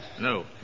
No